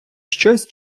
щось